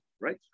right